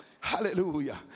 hallelujah